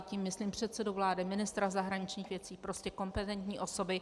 Tím myslím předsedu vlády, ministra zahraničních věcí, prostě kompetentní osoby.